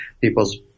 people's